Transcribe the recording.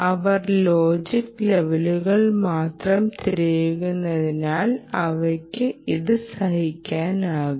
അവർ logic ലെവലുകൾ മാത്രം തിരയുന്നതിനാൽ അവർക്ക് ഇത് സഹിക്കാൻ കഴിയും